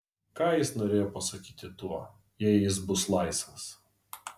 ką jis norėjo pasakyti tuo jei jis bus laisvas